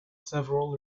several